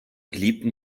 geliebten